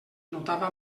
notava